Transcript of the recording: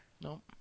No